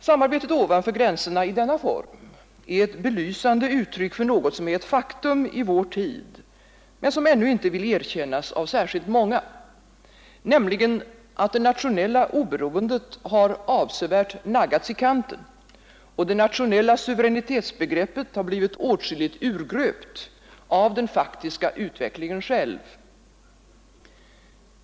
Samarbetet ovanför gränserna i denna form är ett belysande uttryck för något som är ett faktum i vår tid men som ännu inte särskilt många vill erkänna, nämligen att det nationella oberoendet har avsevärt naggats i kanten och det nationella suveränitetsbegreppet har blivit åtskilligt urgröpt av den faktiska utvecklingen själv.